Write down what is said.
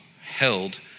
held